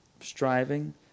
striving